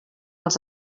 els